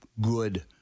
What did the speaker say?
good